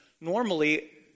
Normally